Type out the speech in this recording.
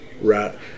Right